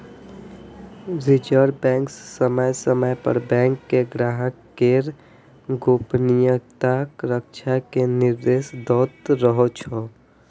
reserve bank समय समय पर बैंक कें ग्राहक केर गोपनीयताक रक्षा के निर्देश दैत रहै छै